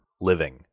living